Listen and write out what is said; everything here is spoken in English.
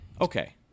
okay